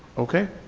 okay.